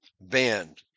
band